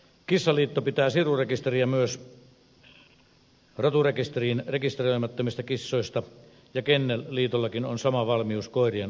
kissaliitto pitää sirurekisteriä myös roturekisteriin rekisteröimättömistä kissoista ja kennelliitollakin on sama valmius koirien osalta